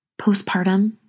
postpartum